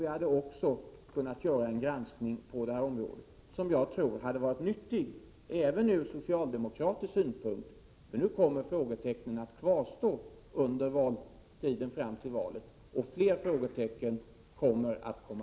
Vi hade också kunnat göra en granskning på det här området som jag tror hade varit nyttig, även ur socialdemokratisk synpunkt. Nu kommer frågetecknen att kvarstå under tiden fram till valet, och fler frågetecken kommer att dyka